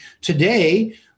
Today